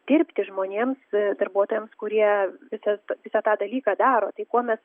dirbti žmonėms darbuotojams kurie visas visą tą dalyką daro tai ko mes